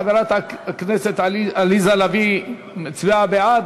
חברת הכנסת עליזה לביא הצביעה בעד,